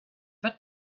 that